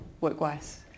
work-wise